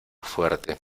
fuerte